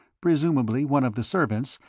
presumably one of the servants,